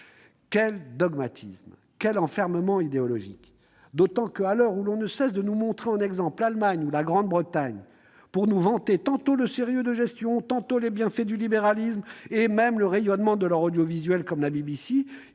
Quel dogmatisme ! Quel enfermement idéologique ! D'autant que, à l'heure où l'on ne cesse de nous montrer en exemple l'Allemagne ou la Grande-Bretagne, pour nous vanter tantôt le sérieux de gestion, tantôt les bienfaits du libéralisme, et même le rayonnement de leur audiovisuel, avec notamment la BBC,